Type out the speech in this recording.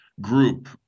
group